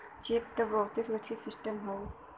check त बहुते सुरक्षित सिस्टम हउए